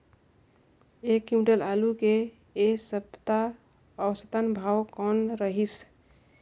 एक क्विंटल आलू के ऐ सप्ता औसतन भाव कौन रहिस?